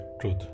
truth